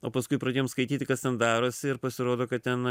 o paskui pradėjom skaityti kas ten darosi ir pasirodo kad ten